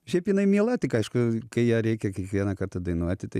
šiaip jinai miela tik aišku kai ją reikia kiekvieną kartą dainuoti tai